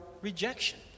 rejection